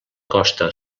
costa